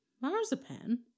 marzipan